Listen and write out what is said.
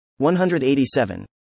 187